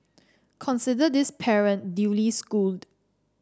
consider this parent duly schooled